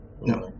no